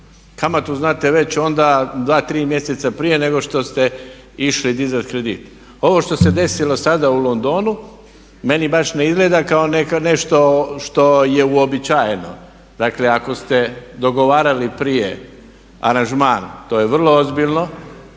Kamatu znate već onda 2, 3 mjeseca prije nego što ste išli dizati kredit. Ovo što se desilo sada u Londonu meni baš ne izgleda kao nešto što je uobičajeno. Dakle, ako ste dogovarali prije aranžman to je vrlo ozbiljno,